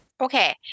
Okay